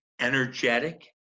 energetic